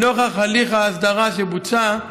ונוכח הליך ההסדרה שבוצע,